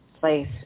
place